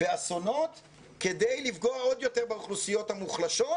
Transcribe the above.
באסונות כדי לפגוע עוד יותר באוכלוסיות המוחלשות,